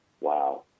Wow